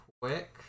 quick